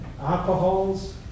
alcohols